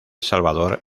salvador